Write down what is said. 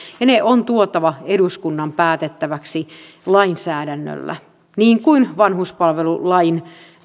ja ne on tuotava eduskunnan päätettäväksi lainsäädännöllä niin kuin vanhuspalvelulain